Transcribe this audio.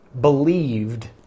believed